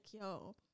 yo